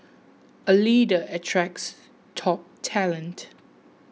a leader attracts top talent